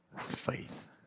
faith